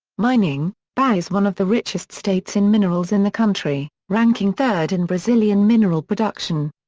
mining bahia is one of the richest states in minerals in the country, ranking third in brazilian mineral production.